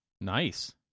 nice